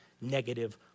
negative